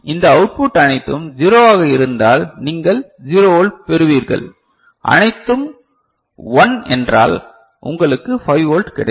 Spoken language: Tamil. இந்த அவுட்புட் அனைத்தும் 0 ஆக இருந்தால் நீங்கள் 0 வோல்ட் பெறுவீர்கள் அனைத்தும் 1 என்றால் உங்களுக்கு 5 வோல்ட் கிடைக்கும்